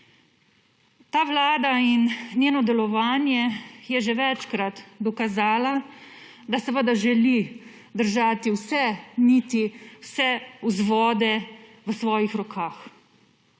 Ta vlada in njeno delovanje je že večkrat dokazala, da seveda želi držati vse niti, vse vzvode v svojih rokah.